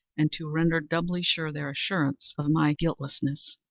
and to render doubly sure their assurance of my guiltlessness.